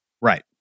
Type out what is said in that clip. Right